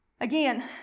Again